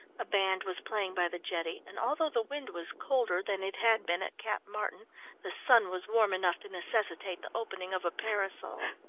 a band was playing by the jetty and although the wind was colder than it had been at cap martin the sun was warm enough to necessitate the opening of a parasol.